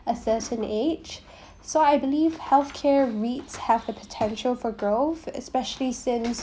a certain age so I believe healthcare REITs have the potential for growth especially since